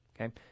Okay